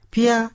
Pia